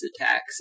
attacks